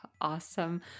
Awesome